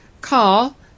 Call